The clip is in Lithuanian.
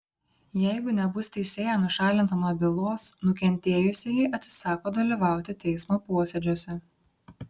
jeigu nebus teisėja nušalinta nuo bylos nukentėjusieji atsisako dalyvauti teismo posėdžiuose